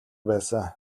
байсан